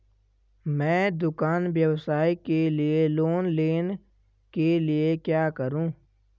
मैं दुकान व्यवसाय के लिए लोंन लेने के लिए क्या करूं?